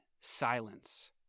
silence